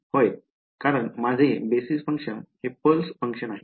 होय कारण माझे बेसिस फंक्शन हे पल्स फंक्शन आहे